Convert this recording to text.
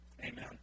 amen